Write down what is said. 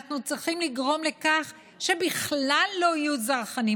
אנחנו צריכים לגרום לכך שבכלל לא יהיו זרחנים